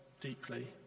deeply